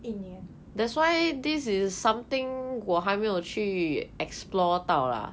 一年